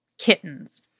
Kittens